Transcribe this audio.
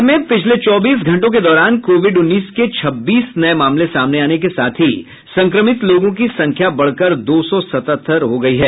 बिहार में पिछले चौबीस घंटों के दौरान कोविड उन्नीस के छब्बीस नये मामले सामने आने के साथ ही संक्रमित लोगों की संख्या बढ़कर दो सौ सतहत्तर हो गयी है